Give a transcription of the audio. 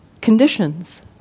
conditions